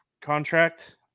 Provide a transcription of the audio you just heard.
contract